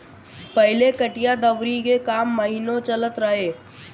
पहिले कटिया दवरी के काम महिनो चलत रहे